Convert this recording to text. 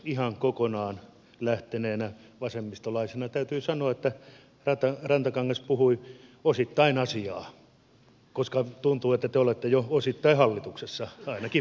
ihan kokonaan lähteneenä vasemmistolaisena täytyy sanoa että rantakangas puhui osittain asiaa koska tuntuu että te olette jo osittain hallituksessa ainakin fiiliksistä päätellen